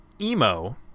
emo